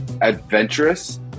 Adventurous